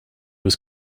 was